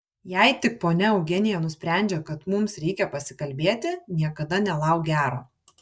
jei tik ponia eugenija nusprendžia kad mums reikia pasikalbėti niekada nelauk gero